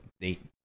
date